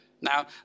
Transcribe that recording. Now